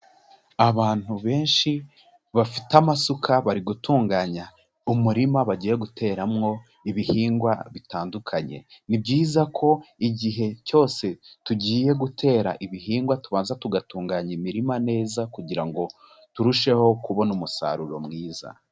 Abantu benshi bafite amasuka bari gutunganya umurima bagiye guteramwo ibihingwa bitandukanye, ni byiza ko igihe cyose tugiye gutera ibihingwa tubanza tugatunganya imirima neza kugira ngo turusheho kubona umusaruro mwiza.